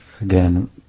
again